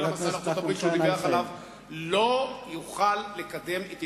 כולל המסע לארצות-הברית שהוא דיווח עליו,